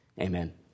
Amen